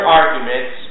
arguments